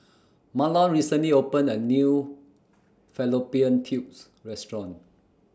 Mahlon recently opened A New Fallopian Tubes Restaurant